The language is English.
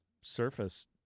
surface